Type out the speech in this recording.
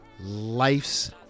life's